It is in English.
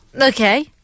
Okay